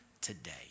today